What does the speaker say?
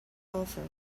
golfer